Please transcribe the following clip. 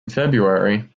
february